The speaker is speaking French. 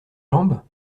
jambes